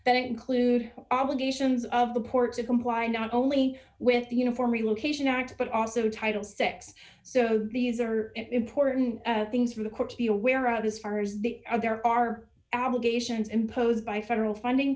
that include obligations of the ports of complying not only with the uniform relocation act but also title six so these are important things for the court to be aware of as far as the there are allegations imposed by federal funding